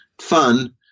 fun